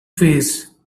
phase